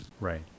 Right